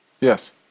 Yes